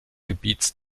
gebiets